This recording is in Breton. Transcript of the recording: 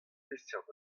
peseurt